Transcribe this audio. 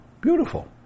Beautiful